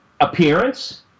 Appearance